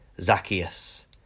Zacchaeus